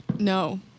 No